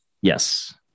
Yes